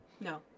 No